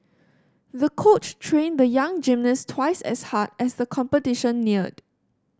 the coach trained the young gymnast twice as hard as the competition neared